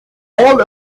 all